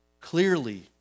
clearly